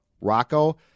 Rocco